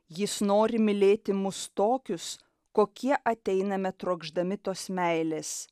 jis nori mylėti mus tokius kokie ateiname trokšdami tos meilės